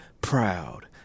proud